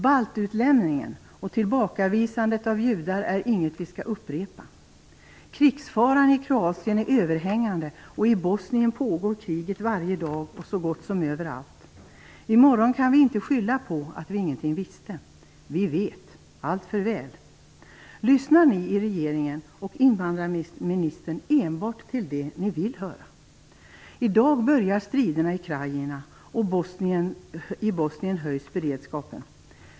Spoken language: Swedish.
Baltutlämningen och tillbakasändandet av judar är inget vi skall upprepa. Krigsfaran i Kroatien är överhängande och i Bosnien pågår kriget varje dag och så gott som överallt. I morgon kan vi inte skylla på att vi ingenting visste. Vi vet - alltför väl. Lyssnar ni i regeringen och särskilt då invandrarmnistern enbart till det ni vill höra? I dag börjar striderna i Krajina, och i Bosnien höjs beredskapen.